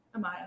Amaya